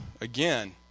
again